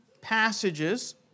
passages